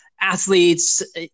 athletes